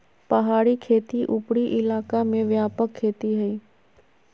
पहाड़ी खेती उपरी इलाका में व्यापक खेती हइ